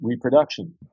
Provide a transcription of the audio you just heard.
reproduction